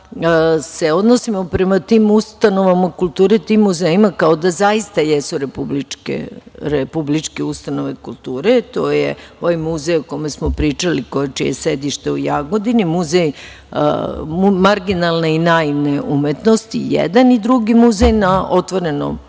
se odnosimo prema tim ustanovama kulture, tim muzejima kao da zaista jesu republičke ustanove kulture, to je ovaj muzej o kome smo pričali, čije je sedište u Jagodini, Muzej marginalne i naivne umetnosti, i jedan i drugi muzej na otvoreno,